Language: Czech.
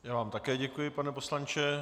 Já vám také děkuji, pane poslanče.